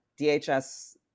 DHS